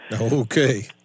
Okay